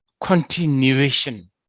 continuation